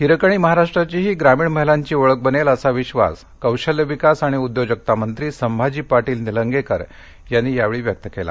हिरकणी महाराष्ट्राची ही ग्रामीण महिलांची ओळख बनेल असा विश्वास कौशल्य विकास आणि उद्योजकता मंत्री संभाजी पाटील निलंगेकर यांनी यावेळी व्यक्त केला